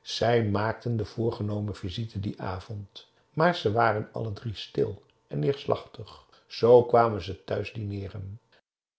zij maakten de voorgenomen visite dien avond maar ze waren alle drie stil en neerslachtig zoo kwamen ze thuis